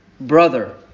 brother